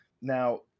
Now